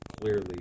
clearly